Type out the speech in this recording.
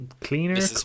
cleaner